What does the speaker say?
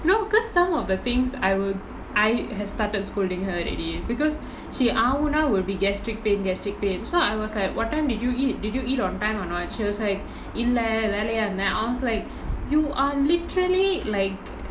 no because some of the things I will I have started scolding her already because she ஆவுனா:aavunaa will gastric pain gastric pain so I was like what time did you eat did you eat on time or not she was like இல்ல வேலயா இருந்தேன்:illa velayaa irunthaen I was like you are literally like